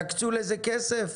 יקצו לזה כסף?